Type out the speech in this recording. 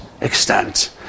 extent